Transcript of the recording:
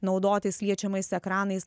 naudotis liečiamais ekranais